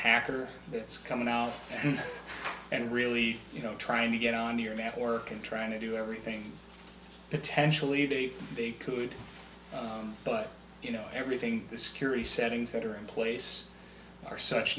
hacker that's coming out and really you know trying to get on your network and trying to do everything potentially they could but you know everything the security settings that are in place are such